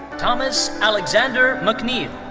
thomas alexander mcneill.